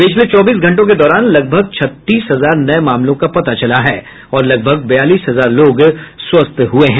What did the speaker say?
पिछले चौबीस घंटों के दौरान लगभग छत्तीस हजार नये मामलों का पता चला है और लगभग बयालीस हजार लोग स्वस्थ हुए हैं